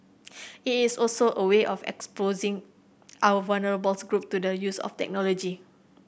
it is also a way of exposing our vulnerable's groups to the use of technology